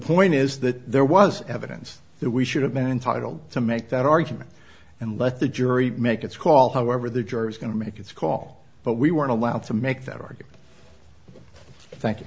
point is that there was evidence that we should have been entitled to make that argument and let the jury make its call however the jury's going to make its call but we weren't allowed to make that argument thank you